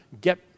get